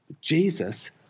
Jesus